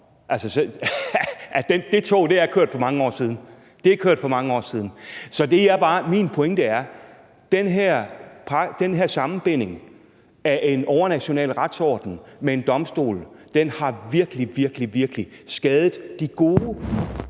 må jeg sige: Ja, god morgen; det tog er kørt for mange år siden. Så min pointe er, at den her sammenblanding af en overnational retsorden med en domstol virkelig, virkelig har skadet de gode